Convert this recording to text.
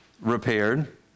repaired